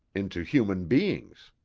into human beings.